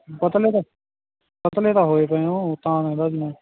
ਪਤਲੇ ਤਾਂ ਪਤਲੇ ਤਾਂ ਹੋਏ ਪਏ ਓਂ ਤਾਂ ਕਹਿੰਦਾਂ ਸੀ ਮੈਂ ਤਾਂ